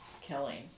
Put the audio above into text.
killing